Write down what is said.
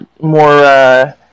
more